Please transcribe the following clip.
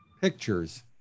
pictures